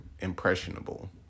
impressionable